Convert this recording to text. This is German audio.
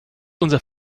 unser